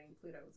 Pluto